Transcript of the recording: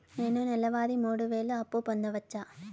నేను నెల వారి మూడు వేలు అప్పు పొందవచ్చా?